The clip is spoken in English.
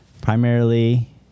primarily